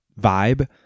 vibe